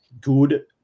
good